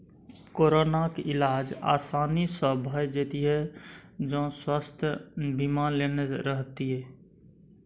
कोरोनाक इलाज आसानी सँ भए जेतियौ जँ स्वास्थय बीमा लेने रहतीह